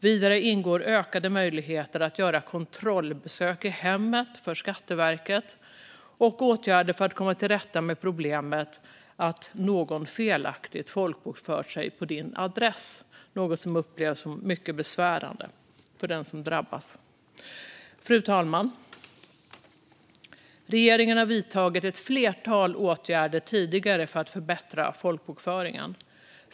Vidare ingår ökade möjligheter att göra kontrollbesök i hemmet för Skatteverket och åtgärder för att komma till rätta med problemet att någon felaktigt folkbokför sig på din adress. Det är något som upplevs som mycket besvärande för den som drabbas. Fru talman! Regeringen har tidigare vidtagit ett flertal åtgärder för att förbättra folkbokföringen.